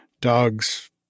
dogs